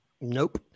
Nope